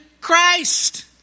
Christ